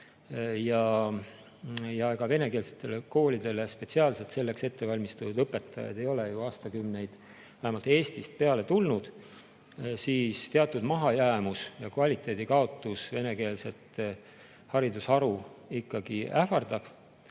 ja venekeelsetele koolidele spetsiaalselt selleks ettevalmistatud õpetajaid ei ole ju aastakümneid vähemalt Eestist peale tulnud, siis teatud mahajäämus ja kvaliteedi kaotus venekeelset haridusharu ikkagi ähvardab.